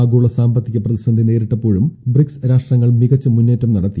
ആഗോള സാമ്പത്തിക പ്രതിസന്ധി നേരിട്ടപ്പോഴും ബ്രിക്സ് രാഷ്ട്രങ്ങൾ മികച്ച മുന്നേറ്റം നടത്തി